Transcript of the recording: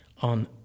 on